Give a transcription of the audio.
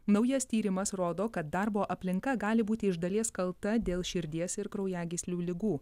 naujas tyrimas rodo kad darbo aplinka gali būti iš dalies kalta dėl širdies ir kraujagyslių ligų